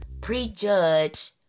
prejudge